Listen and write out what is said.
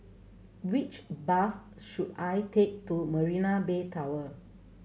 which bus should I take to Marina Bay Tower